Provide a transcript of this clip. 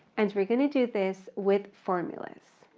and we're going to do this with formulas.